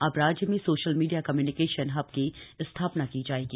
अब राज्य में सोशल मीडिया कम्यूनिकेशन हब की स्थापना की जाएगी